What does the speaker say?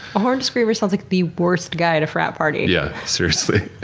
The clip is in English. horned screamer sounds like the worst guy at a frat party. yeah seriously.